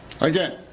again